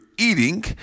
eating